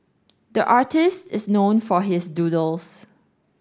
the artist is known for his doodles